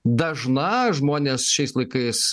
dažna žmonės šiais laikais